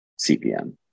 CPM